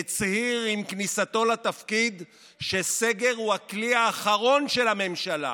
הוא הצהיר עם כניסתו לתפקיד שסגר הוא הכלי האחרון של הממשלה,